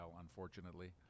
unfortunately